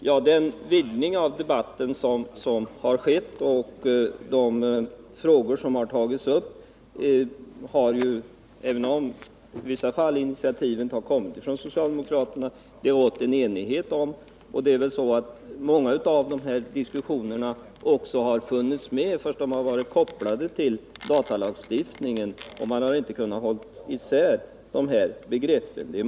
När det gäller de frågor som har kommit upp genom den vidgning av debatten som skett har det, även om initiativet i vissa fall har kommit från socialdemokraterna, rått enighet om dessa. Det är väl också så att många av de frågor som nu diskuteras har funnits med i sammanhanget. De har emellertid varit kopplade till frågan om datalagstiftningen — man har nämligen inte kunnat hålla isär de här begreppen.